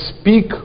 speak